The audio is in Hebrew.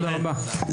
תודה רבה.